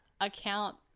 account